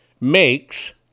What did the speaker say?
makes